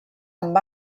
amb